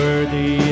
Worthy